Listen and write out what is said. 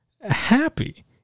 happy